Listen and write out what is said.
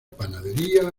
panadería